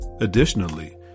Additionally